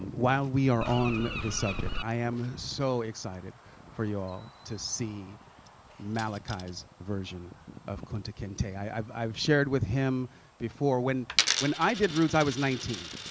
um while we are on the subject, i am so excited for you all to see malachi's version of kunta kinte. i've i've shared with him before when when i did roots, i was nineteen.